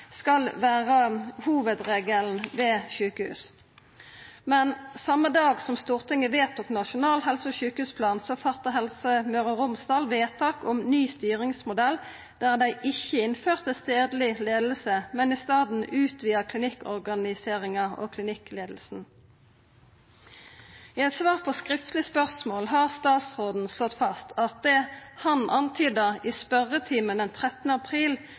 skal vera hovudregelen ved sjukehus. Men same dag som Stortinget vedtok Nasjonal helse- og sjukehusplan, gjorde Helse Møre og Romsdal eit vedtak om ein ny styringsmodell der dei ikkje innførte stadleg leiing, men i staden utvida klinikkorganiseringa og klinikkleiinga. I eit svar på eit skriftleg spørsmål har statsråden slått fast at det han antyda i spørjetimen den 13. april